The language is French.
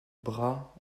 bras